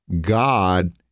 God